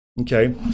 Okay